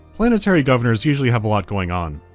planetary governors usually have a lot going on.